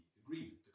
agreement